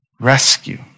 rescue